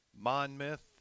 Monmouth